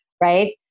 right